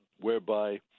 whereby